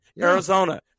Arizona